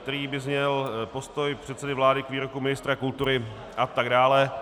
který by zněl Postoj předsedy vlády k výroku ministra kultury atd.